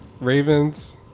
Ravens